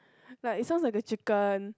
like sounds like a chicken